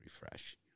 refresh